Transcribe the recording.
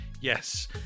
Yes